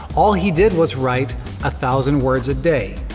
all he did was write a thousand words a day.